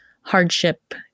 hardship